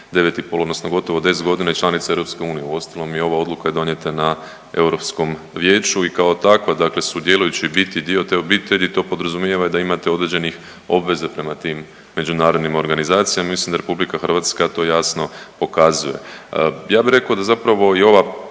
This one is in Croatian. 9,5 odnosno 10 godina i članica EU. U ostalom i ova odluka je donijeta na Europskom vijeću i kao takva dakle sudjelujući i biti dio te obitelji to podrazumijeva i da imate određenih obveza prema tim međunarodnim organizacijama. Mislim da RH to jasno pokazuje. Ja bi rekao zapravo da i ova